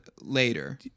later